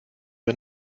wir